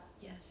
Yes